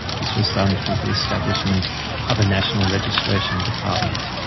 this was done through the establishment of a national registration department.